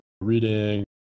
reading